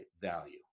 value